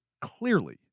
clearly